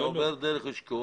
זה עובר דרך אשכול.